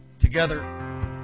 together